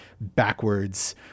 backwards